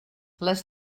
les